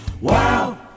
wow